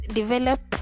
develop